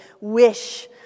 wish